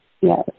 yes